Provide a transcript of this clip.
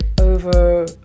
over